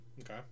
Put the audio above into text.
Okay